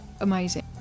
amazing